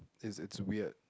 it's it's weird